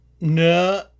no